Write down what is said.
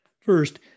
First